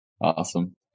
Awesome